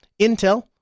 Intel